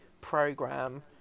program